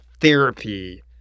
therapy